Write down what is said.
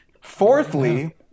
Fourthly